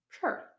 sure